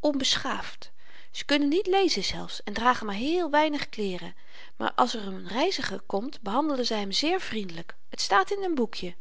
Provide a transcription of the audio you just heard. onbeschaafd ze kunnen niet lezen zelfs en dragen maar heel weinig kleeren maar als er n reiziger komt behandelen zy hem zeer vriendelyk t staat in n boekje